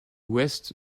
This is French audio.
ouest